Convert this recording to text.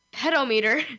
pedometer